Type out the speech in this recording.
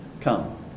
come